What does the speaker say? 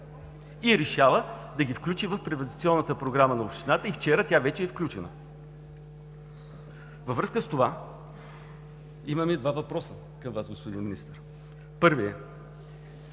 и решава да я включи в приватизационната програма на общината – вчера тя вече е включена. Във връзка с това имаме два въпроса към Вас, господин Министър. Първият: